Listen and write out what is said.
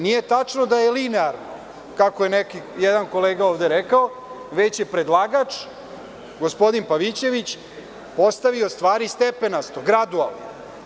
Nije tačno da je linearno, kako je jedan kolega ovde rekao, već je predlagač, gospodin Pavićević, postavio stvari stepenasto, gradualno.